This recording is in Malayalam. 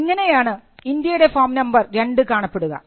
ദാ ഇങ്ങനെയാണ് ഇന്ത്യയുടെ ഫോം നമ്പർ 2 കാണപ്പെടുക